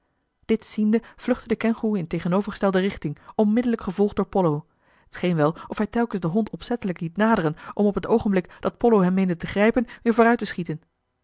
dit ziende vluchtte de kengoeroe in tegenovergestelde richting onmiddellijk gevolgd door pollo t scheen wel of hij telkens den hond opzettelijk liet naderen om op het oogenblik dat pollo hem meende te grijpen weer vooruit te schieten